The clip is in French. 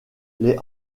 les